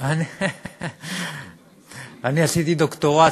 אני עשיתי דוקטורט,